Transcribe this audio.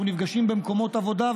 אנחנו נפגשים במקומות עבודה,